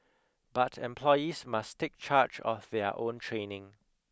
but employees must take charge of their own training